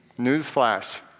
Newsflash